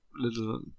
little